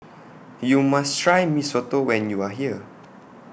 YOU must Try Mee Soto when YOU Are here